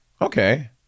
Okay